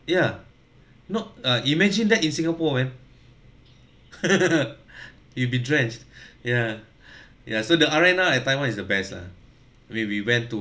ya not ah imagine that in singapore man you'll be drenched ya ya so the arena at taiwan is the best lah we we went to